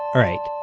alright,